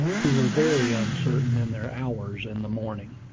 who were very uncertain in their hours in the morning.